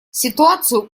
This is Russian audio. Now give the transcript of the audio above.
ситуацию